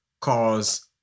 cause